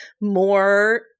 more